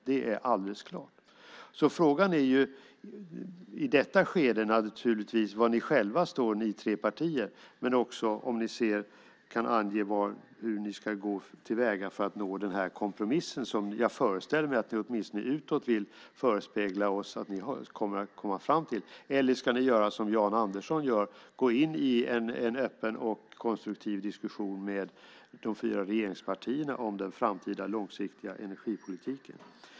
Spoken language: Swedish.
Det är alldeles klart. Frågan i detta skede är naturligtvis var ni tre partier själva står, men också om ni kan ange hur ni ska gå till väga för att nå den kompromiss som jag föreställer mig att ni åtminstone utåt vill förespegla att ni kommer att komma fram till. Eller ska ni göra som Jan Andersson gör, gå in i en öppen och konstruktiv diskussion med de fyra regeringspartierna om den framtida långsiktiga energipolitiken?